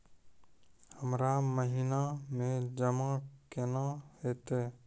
हमरा महिना मे जमा केना हेतै?